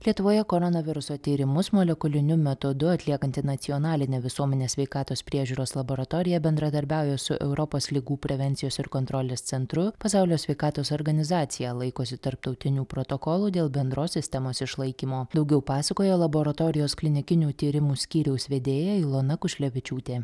lietuvoje koronaviruso tyrimus molekuliniu metodu atliekanti nacionalinė visuomenės sveikatos priežiūros laboratorija bendradarbiauja su europos ligų prevencijos ir kontrolės centru pasaulio sveikatos organizacija laikosi tarptautinių protokolų dėl bendros sistemos išlaikymo daugiau pasakoja laboratorijos klinikinių tyrimų skyriaus vedėja ilona kušlevičiūtė